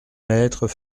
maîtres